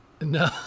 No